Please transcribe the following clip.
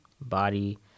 body